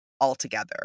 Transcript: altogether